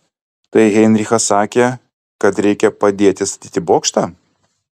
tai heinrichas sakė kad reikia padėti statyti bokštą